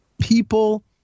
people –